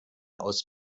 aus